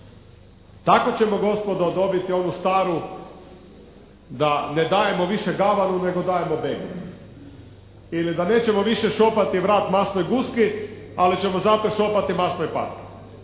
Tako ćemo gospodo dobiti onu staru da ne dajemo više gavanu nego dajemo begu ili da nećemo više šopati vrat masnoj guski ali ćemo zato šopati masnoj patki.